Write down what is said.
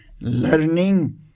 learning